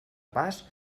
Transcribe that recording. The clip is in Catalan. pas